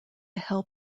help